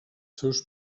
seus